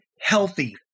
healthy